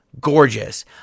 Gorgeous